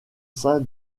sein